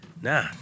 Nah